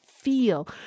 feel